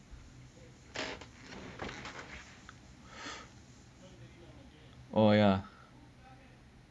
oh ya